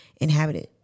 inhabited